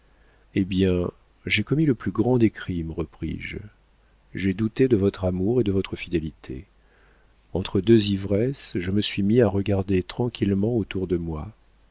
eh bien j'ai commis le plus grand des crimes repris-je j'ai douté de votre amour et de votre fidélité entre deux ivresses je me suis mis à regarder tranquillement autour de moi